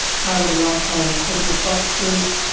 part of the lifestyle of corporate boxes,